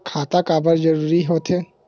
खाता काबर जरूरी हो थे?